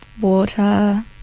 water